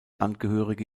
angehörige